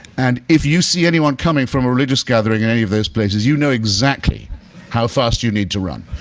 and if you see anyone coming from a religious gathering, in any of those places, you know exactly how fast you need to run.